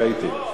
טעיתי.